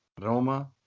Roma